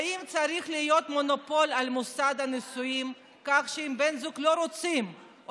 האם צריך להיות מונופול על מוסד הנישואים כך שבני זוג שלא רוצים או